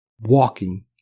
Walking